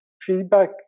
Feedback